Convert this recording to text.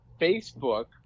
facebook